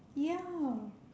ya